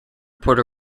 puerto